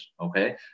okay